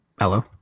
hello